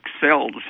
cells